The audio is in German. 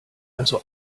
also